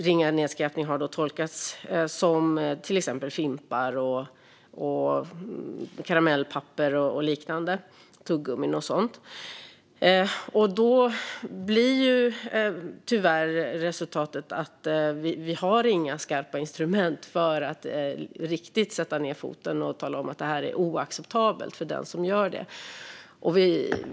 Ringa nedskräpning har tolkats som till exempel fimpar, karamellpapper, tuggummin och liknande. Tyvärr är resultatet att det inte finns några skarpa instrument för att riktigt sätta ned foten och tala om att det är oacceptabelt att skräpa ned.